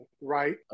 right